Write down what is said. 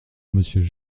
monsieur